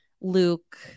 Luke